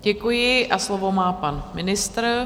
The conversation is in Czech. Děkuji a slovo má pan ministr.